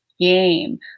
game